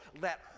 let